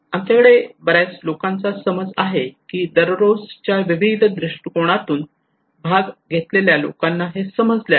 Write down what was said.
आमच्याकडे बर्याच लोकांचा समज आहे की दररोजच्या विविध दृष्टीकोनातून भाग घेतलेल्या लोकांना हे समजले आहे